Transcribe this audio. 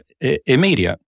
immediate